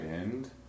end